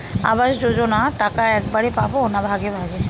আবাস যোজনা টাকা একবারে পাব না ভাগে ভাগে?